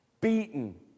beaten